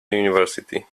university